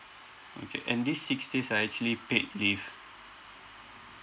okay and these six days are actually paid leave